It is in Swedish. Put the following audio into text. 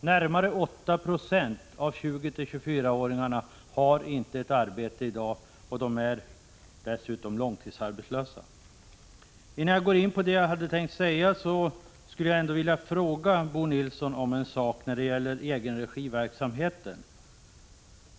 Närmare 8 96 av 20-24-åringarna har inte något arbete i dag, och de är dessutom långtidsarbetslösa. Innan jag går in på det som jag egentligen hade tänkt säga skulle jag vilja fråga Bo Nilsson om en sak när det gäller egen-regi-verksamheten.